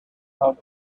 out